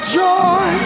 joy